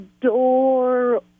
door